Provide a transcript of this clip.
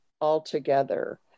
altogether